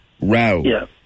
row